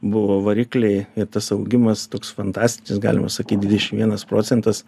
buvo varikliai ir tas augimas toks fantastinis galima sakyt dvidešim vienas procentas